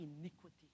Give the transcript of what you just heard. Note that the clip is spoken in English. iniquity